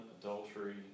adultery